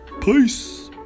peace